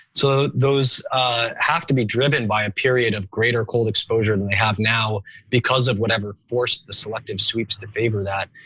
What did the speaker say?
so those ah have to be driven by a period of greater cold exposure than they have now because of whatever forced the selective sweeps to favor that.